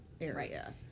area